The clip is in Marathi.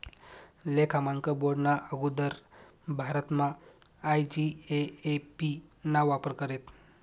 लेखा मानकर बोर्डना आगुदर भारतमा आय.जी.ए.ए.पी ना वापर करेत